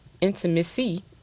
intimacy